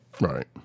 right